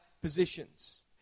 positions